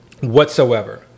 whatsoever